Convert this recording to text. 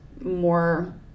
more